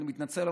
אני מתנצל,